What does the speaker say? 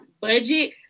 budget